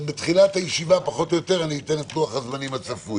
בתחילת הישיבה אני אתן פחות או יותר את לוח הזמנים הצפוי.